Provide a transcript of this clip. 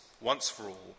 once-for-all